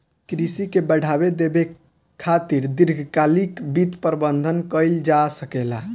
कृषि के बढ़ावा देबे खातिर दीर्घकालिक वित्त प्रबंधन कइल जा सकेला